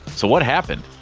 so what happened?